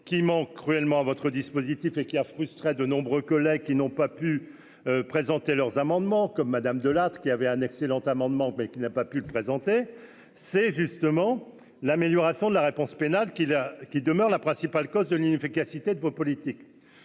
qui manque cruellement à votre dispositif et qui a frustré de nombreux collègues qui n'ont pas pu présenter leurs amendements comme Madame Delatte, qui avait un excellent amendement mais qui n'a pas pu le présenter, c'est justement l'amélioration de la réponse pénale qui la qui demeure la principale cause de l'inefficacité de vos politiques,